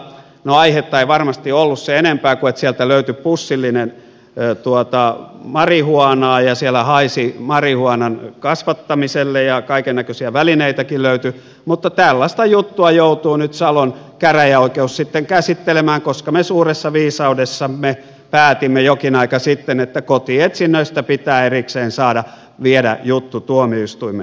aihetta ei varmasti ollut sen enempää kuin että sieltä löytyi pussillinen marihuanaa ja siellä haisi marihuanan kasvattamiselle ja kaikennäköisiä välineitäkin löytyi mutta tällaista juttua joutuu nyt salon käräjäoikeus sitten käsittelemään koska me suuressa viisaudessamme päätimme jokin aika sitten että kotietsinnöistä pitää erikseen saada viedä juttu tuomioistuimeen